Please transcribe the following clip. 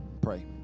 pray